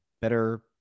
Better